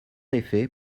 effet